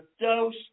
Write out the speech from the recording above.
dose